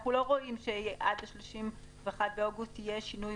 אנחנו לא רואים שעד ה-31 באוגוסט יהיה שינוי